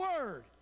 word